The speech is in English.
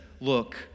look